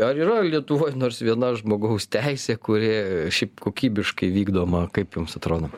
ar yra lietuvoj nors viena žmogaus teisė kuri šiaip kokybiškai vykdoma kaip jums atrodo